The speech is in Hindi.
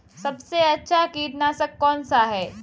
सबसे अच्छा कीटनाशक कौनसा है?